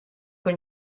con